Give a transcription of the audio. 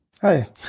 Hi